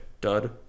dud